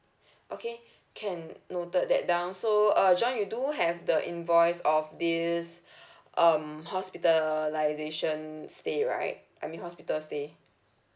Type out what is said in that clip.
okay can noted that down so uh john you do have the invoice of this um hospitalisation you stay right I mean hospital stay